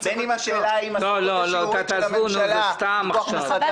בין אם בשל השאלה האם עשו את השירות של הממשלה מכוח משרדי